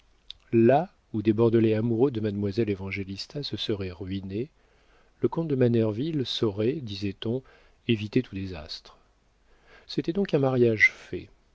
là où des bordelais amoureux de mademoiselle évangélista se seraient ruinés le comte de manerville saurait disait-on éviter tout désastre c'était donc un mariage fait